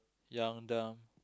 young down